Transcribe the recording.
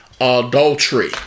adultery